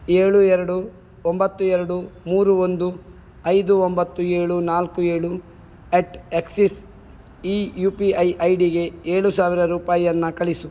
ಏಳು ಎರಡು ಒಂಬತ್ತು ಎರಡು ಮೂರು ಒಂದು ಐದು ಒಂಬತ್ತು ಏಳು ನಾಲ್ಕು ಏಳು ಎಟ್ ಆಕ್ಸಿಸ್ ಈ ಯು ಪಿ ಐ ಐ ಡಿಗೆ ಏಳು ಸಾವಿರ ರೂಪಾಯಿಯನ್ನ ಕಳಿಸು